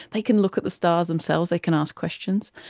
they can look at the stars themselves, they can ask questions.